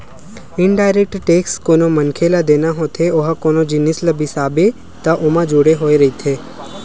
indirect tax कोनो मनखे ल देना होथे ओहा कोनो जिनिस ल बिसाबे त ओमा जुड़े होय रहिथे